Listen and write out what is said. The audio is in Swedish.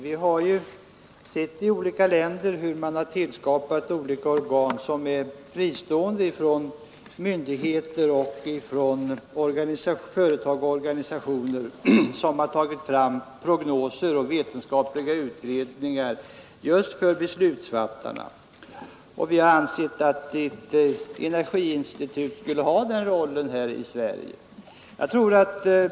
Vi har ju sett hur man i olika länder har tillskapat organ som är fristående i förhållande till myndigheter, företag och organisationer. Man har där tagit fram prognoser och vetenskapliga utredningar just för beslutsfattarna. Vi har ansett att ett energiinstitut skulle ha den rollen här i Sverige.